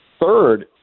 Third